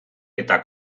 eta